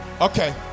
Okay